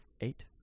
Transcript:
eight